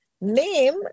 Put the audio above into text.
name